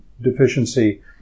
deficiency